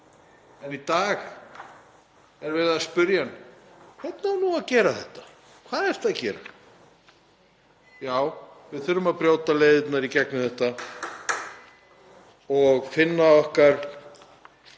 en í dag er verið að spyrja hann: Hvernig á að gera þetta? Hvað ert þú að gera? Já, við þurfum að brjóta nýjar leiðir í gegnum þetta og finna okkar